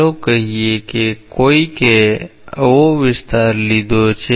ચાલો કહીયે કે કોઈકે આવો વિસ્તાર લીધો છે